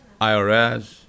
IRS